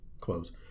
close